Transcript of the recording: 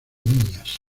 niñas